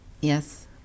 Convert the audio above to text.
Yes